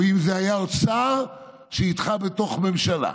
ואם זה היה עוד שר שאיתך בתוך ממשלה,